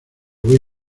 voy